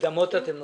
מקדמות אתם נותנים?